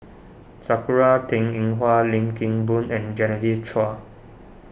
Sakura Teng Ying Hua Lim Kim Boon and Genevieve Chua